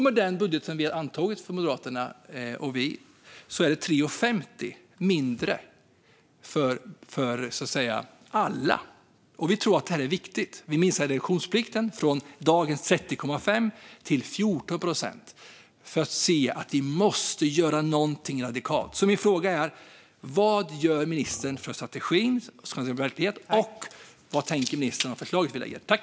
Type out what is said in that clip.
Med den budget som vi och Moderaterna har antagit är det 3,50 kronor mindre för alla. Vi tror att det är viktigt. Vi minskar reduktionsplikten från dagens 30,5 till 14 procent. Vi måste göra någonting radikalt. Mina frågor är: Vad gör ministern för att strategin ska bli verklighet? Vad tänker ministern om förslaget som vi lägger fram?